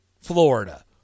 Florida